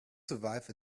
survive